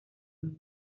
mundo